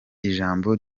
ijambo